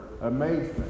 amazement